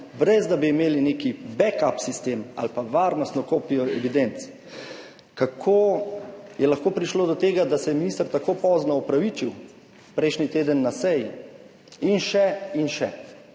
brez da bi imeli nek back-up sistem ali pa varnostno kopijo evidenc; kako je lahko prišlo do tega, da se je minister tako pozno opravičil prejšnji teden na seji in še in še.